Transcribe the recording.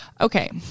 okay